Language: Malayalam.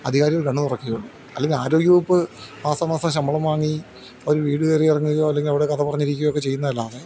അധികാരികൾ കണ്ണ് തുറക്കുക അല്ലെങ്കിൽ ആരോഗ്യവകുപ്പ് മാസാമാസം ശമ്പളം വാങ്ങി അവർ വീട് കയറി ഇറങ്ങുകയോ അല്ലെങ്കിൽ അവിടെ കഥ പറഞ്ഞിരിക്കുകയോ ഒക്കെ ചെയ്യുന്നത് അല്ലാതെ